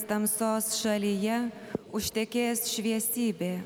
tamsos šalyje užtekės šviesybė